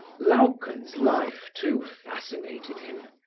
luyken's life, too, fascinated him,